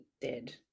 dead